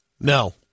No